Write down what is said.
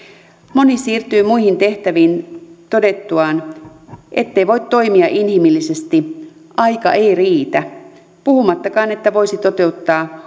moni siirtyy muihin tehtäviin todettuaan ettei voi toimia inhimillisesti aika ei riitä puhumattakaan että voisi toteuttaa